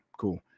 cool